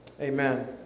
amen